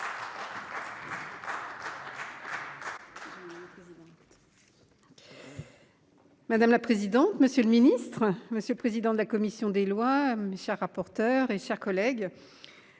Madame la présidente, monsieur le ministre, monsieur le président de la commission des lois, monsieur rapporteur et chers collègues.